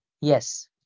yes